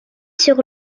sur